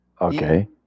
Okay